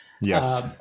yes